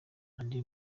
audrey